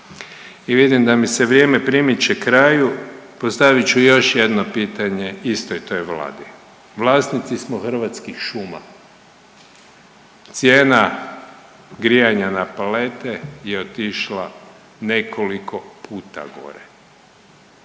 I vidim da mi se vrijeme primiče kraju, postavit ću još jedno pitanje istoj toj Vladi. Vlasnici smo Hrvatskih šuma. Cijena grijanja na pelete je otišla nekoliko puta gore.